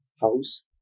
house